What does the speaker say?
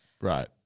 Right